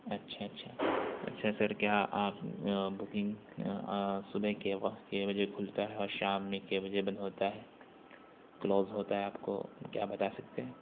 اچھا اچھا اچھا سر کیا آپ بکنگ صبح کے وقت کے بجے کھلتا ہے اور شام میں کے بجے بند ہوتا ہے کلوز ہوتا ہے آپ کو کیا بتا سکتے ہیں